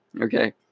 okay